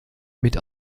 mit